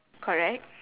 correct